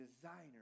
designer